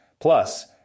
Plus